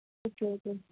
okay okay